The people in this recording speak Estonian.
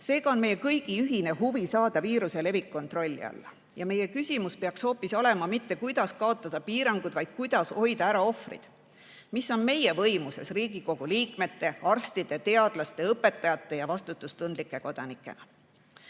Seega on meie kõigi ühine huvi saada viiruse levik kontrolli alla. Meie küsimus ei peaks olema mitte see, kuidas kaotada piirangud, vaid kuidas hoida ära ohvrid – see, mis on meie võimuses Riigikogu liikmete, arstide, teadlaste, õpetajate ja vastutustundlike kodanikena. COVID-i